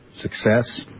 success